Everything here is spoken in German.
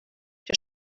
der